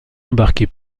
embarquer